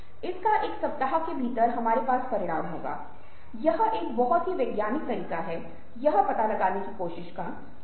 और 5 से 7 और 8 के भीतर के बच्चे अन्य लोगों के दर्द को बहुत तीव्रता से महसूस करते हैं